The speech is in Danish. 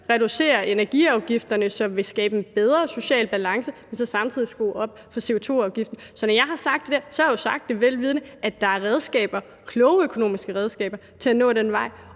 reducere visse energiafgifter, hvilket vil skabe en bedre social balance, og samtidig skrue op for CO2-afgiften. Så når jeg har sagt det der, har jeg jo sagt det, vel vidende at der er redskaber, gode økonomiske redskaber, til at nå det mål.